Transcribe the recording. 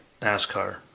nascar